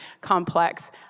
complex